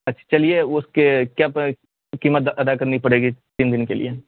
اچھا چلیے اس کے کیا پرائس قیمت ادا کرنی پڑے گی تین دن کے لیے